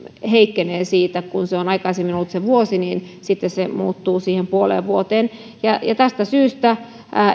heikkenee kun se on aikaisemmin ollut vuosi ja sitten se muuttuu puoleen vuoteen tästä syystä